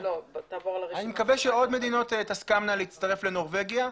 אני מקווה שעוד מדינות תסכמנה להצטרף לנורבגיה,